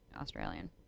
Australian